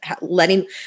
letting